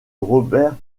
robert